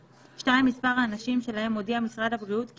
מספר האנשים שלהם הודיע משרד הבריאות כי